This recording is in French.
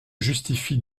justifie